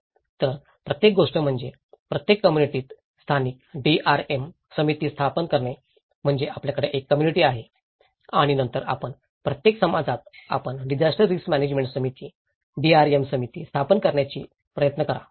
तर प्रत्येक गोष्ट म्हणजे प्रत्येक कम्म्युनिटीात स्थानिक डीआरएम समिती स्थापन करणे म्हणजे आपल्याकडे एक कम्म्युनिटी आहे आणि नंतर आपण प्रत्येक समाजात आपणास डिजास्टर रिस्क म्यानेजमेंट समिती डीआरएम समिती स्थापन करायची प्रयत्न करा